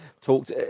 talked